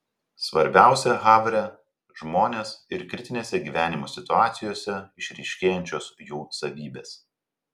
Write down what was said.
svarbiausia havre žmonės ir kritinėse gyvenimo situacijose išryškėjančios jų savybės